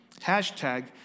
hashtag